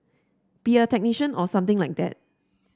be a technician or something like that